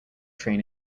train